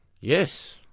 Yes